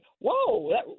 whoa